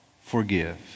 forgive